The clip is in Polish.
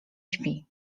śpi